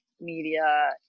media